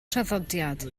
traddodiad